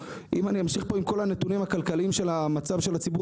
אם אני אמשיך פה עם כל הנתונים הכלכליים של המצב של הציבור